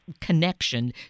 connection